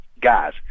guys